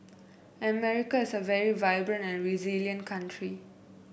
America is a very vibrant and resilient country